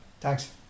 Thanks